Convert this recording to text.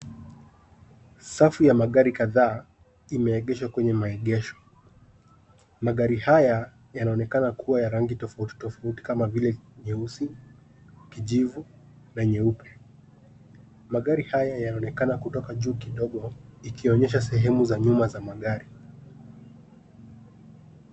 Safu ya magari kadhaa imeegeshwa kwenye maegesho magari haya yanonekana kuwa ya rangi tofautitofauti kama vile nyeusi, kijivu na nyeupe. Magari haya yanaonekan kutoka juu kidogo ikionyesha sehemu za nyuma za magari.